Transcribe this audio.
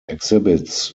exhibits